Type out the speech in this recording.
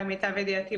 למיטב ידיעתי,